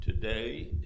Today